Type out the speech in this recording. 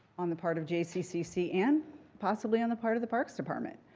on the part of jccc and possibly on the part of the parks department.